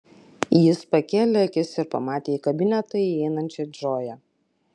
jis pakėlė akis ir pamatė į kabinetą įeinančią džoją